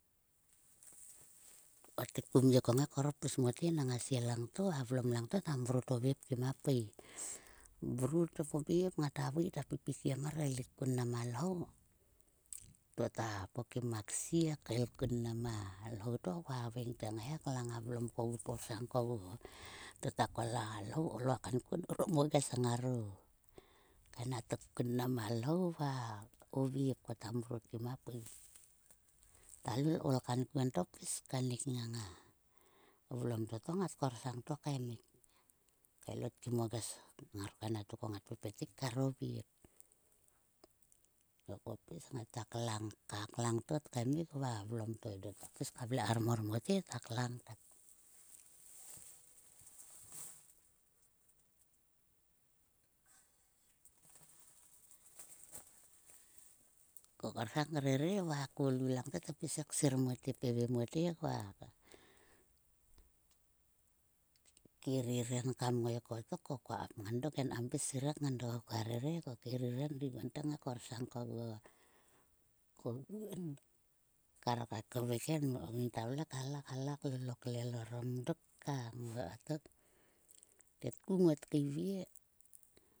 Ko kotek kum ye pis mote nang a sie langto a vlom langto ta mrot o vep kim a pui. Mrot o vep ngata vui. Ta pipigem mar kaelik kuo ma lhou. To ta pokim a ksie kael kun ma lhou to kua haveng te, "ngai he klang a vlom tkogu ho tkorsang kogu ho." To ta kol a lhou ka grung kankuon orom o ges ngaro kanatok kun ma lhou va o vep ko ta mrot kim a pui. Ta lol koul kankuon to pis kainik ngang a vlom ta to ngat korsang to koemik kaelot kar o ges ngaro kanatok ko ngat pepet ruk kar o vep. To ko pis ngata klang to tkaemik va a vlom to ta pis ka vle kar mor mote ta klang kat. Ko korsang krere va ko lu langto tpis sir mote peve he koa kerer kam ngai kottok ko koa kapngan dok enkam pis ngan dok kam rere. Ko kerer he endiguon te korsang koguo koguon kar ka kvek he enmindiguon nginte ta halahala klol o klel orom dok ka. To kotok tetku ngot keivie.